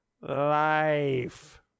life